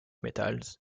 metals